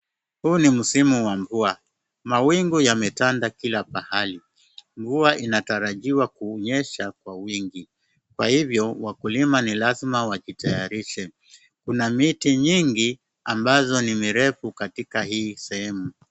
Huu ni msimu wa mvua. Mawingu yametanda kila pahali. Mvua inatarajiwa kunyesha kwa wingi kwa hivyo wakulima ni lazma wajitayarishe. Kuna miti nyingi ambazo ni mirefu katika hii sehemu.